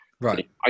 Right